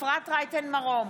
אפרת רייטן מרום,